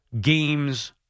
games